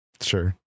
Sure